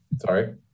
Sorry